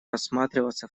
рассматриваться